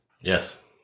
Yes